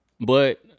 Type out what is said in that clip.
But-